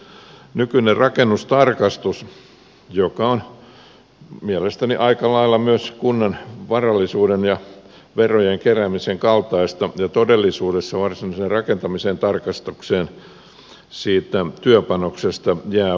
nykyinen rakennustarkastus on mielestäni aika lailla myös kunnan varallisuuden ja verojen keräämisen kaltaista ja todellisuudessa varsinaisen rakentamisen tarkastukseen siitä työpanoksesta jää varsin vähän